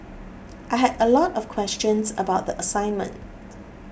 I had a lot of questions about the assignment